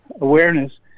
awareness